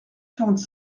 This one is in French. quarante